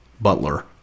Butler